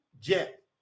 jet